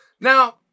Now